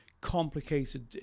complicated